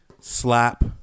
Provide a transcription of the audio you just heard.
slap